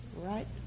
Right